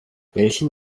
welchen